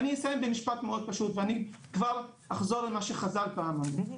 ואני אסיים במשפט מאוד פשוט ואני אחזור על מה שחז"ל פעם אמרו,